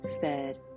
fed